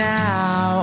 now